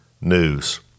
news